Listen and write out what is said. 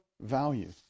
value